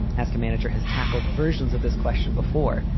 and ask a manager has tackled versions of this question before.